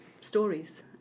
stories